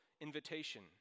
invitation